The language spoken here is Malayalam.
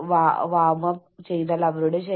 ഇത് വ്യക്തമാണ്